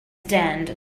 stand